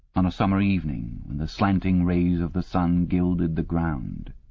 on a summer evening when the slanting rays of the sun gilded the ground.